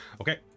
Okay